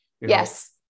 Yes